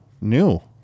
new